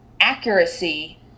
accuracy